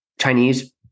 Chinese